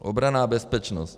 Obrana a bezpečnost.